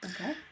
okay